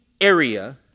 area